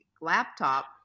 laptop